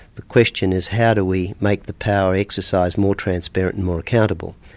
the question is how do we make the power exercise more transparent and more accountable.